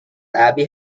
abby